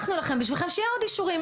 אנחנו נילחם בשבילכם, שיהיו עוד אישורים.